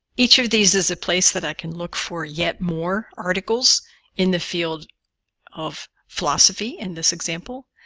each of these is a place that i can look for yet more articles in the field of philosophy, in this example.